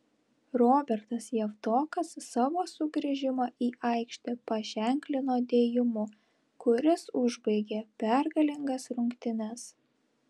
robertas javtokas savo sugrįžimą į aikštę paženklino dėjimu kuris užbaigė pergalingas rungtynes